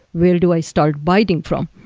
where do i start biting from?